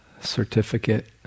certificate